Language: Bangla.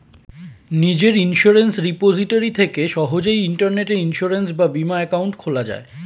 নিজের ইন্সুরেন্স রিপোজিটরি থেকে সহজেই ইন্টারনেটে ইন্সুরেন্স বা বীমা অ্যাকাউন্ট খোলা যায়